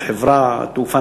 חברת תעופה,